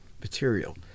material